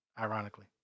Ironically